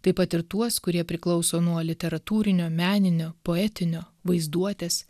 taip pat ir tuos kurie priklauso nuo literatūrinio meninio poetinio vaizduotės